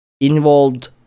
involved